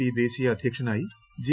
P ദേശീയ അധൃക്ഷ്നായി J